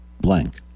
blank